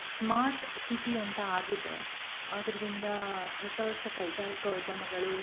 smart city ಅಂತ ಆಗಿದೆ ಅದ್ರಿಂದ ಹೊಸ ಹೊಸ ಕೈಗಾರಿಕೋದ್ಯಮಗಳು